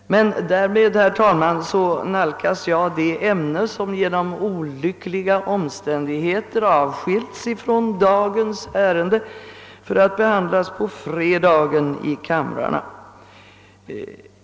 | Därmed, herr talman, nalkas jag det ämne som genom olyckliga omständigheter avskilts från dagens ärende för att behandlas på fredag i kamrarna.